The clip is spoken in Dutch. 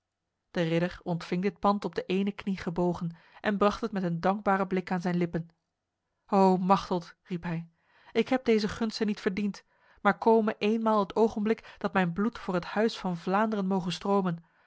de ridder ontving dit pand op de ene knie gebogen en bracht het met een dankbare blik aan zijn lippen o machteld riep hij ik heb deze gunsten niet verdiend maar kome eenmaal het ogenblik dat mijn bloed voor het huis van vlaanderen moge stromen